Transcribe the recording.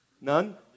None